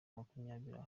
makumyabiri